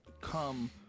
Come